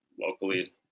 locally